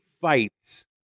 fights